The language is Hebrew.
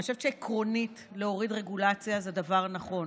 אני חושבת שעקרונית, להוריד רגולציה זה דבר נכון,